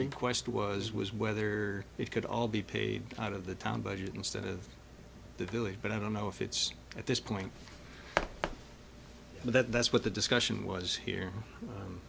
request was was whether it could all be paid out of the town budget instead of the village but i don't know if it's at this point but that's what the discussion was here